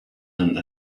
and